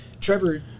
Trevor